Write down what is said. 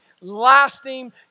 lasting